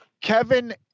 Kevin